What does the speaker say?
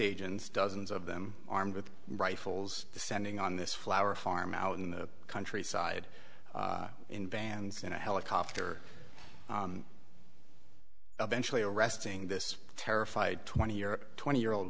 agents dozens of them armed with rifles descending on this flower farm out in the countryside in bands in a helicopter eventually arresting this terrified twenty or twenty year old